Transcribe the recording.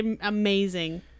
Amazing